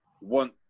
want